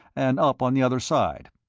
and up on the other side.